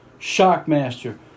Shockmaster